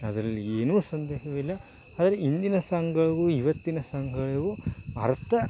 ಅದ್ರಲ್ಲಿ ಏನು ಸಂದೇಹವಿಲ್ಲ ಆದರೆ ಇಂದಿನ ಸಾಂಗ್ಗಳಿಗೂ ಇವತ್ತಿನ ಸಾಂಗುಗಳಿಗೂ ಅರ್ಥ